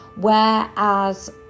whereas